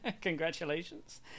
congratulations